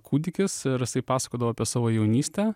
kūdikis ir jisai pasakodavo apie savo jaunystę